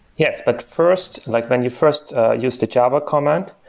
yes, but first, like when you first use the java comment,